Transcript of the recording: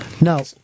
Now